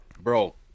bro